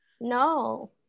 no